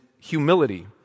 humility